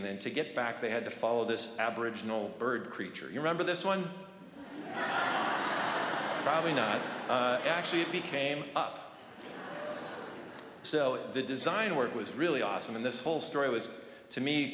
and then to get back they had to follow this aboriginal bird creature you remember this one probably not actually it became up so the design work was really awesome and this whole story was to me